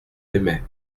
aimait